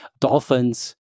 dolphins